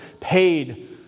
paid